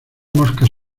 moscas